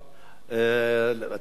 אתה משוחרר,